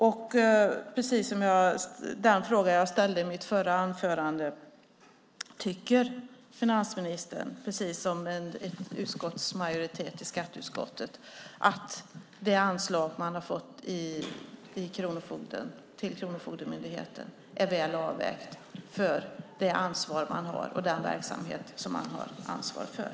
Jag ställde denna fråga även i mitt förra anförande: Tycker finansministern, precis som utskottsmajoriteten i skatteutskottet, att det anslag man fått till Kronofogdemyndigheten är väl avvägt för det ansvar man har och den verksamhet man har ansvar för?